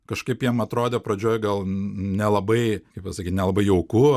kažkaip jiem atrodė pradžioj gal nelabai kaip pasakyt nelabai jauku